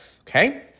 okay